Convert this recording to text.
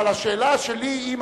אבל השאלה שלי היא,